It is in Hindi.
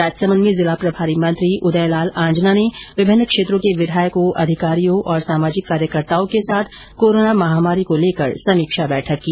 राजसमंद में जिला प्रभारी मंत्री उदयलाल आंजना ने विभिन्न क्षेत्रों के विधायकों अधिकारियों और सामाजिक कार्यकर्ताओं के साथ कोरोना महामारी को लेकर समीक्षा बैठक की